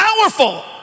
powerful